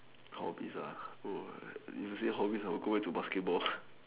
hobbies oh you say hobby I will go back to basketball